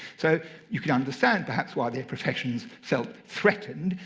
so you can understand, perhaps, why their professions felt threatened.